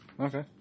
Okay